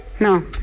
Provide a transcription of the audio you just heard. No